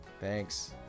Thanks